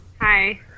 Hi